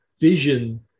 vision